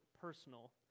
personal